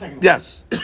Yes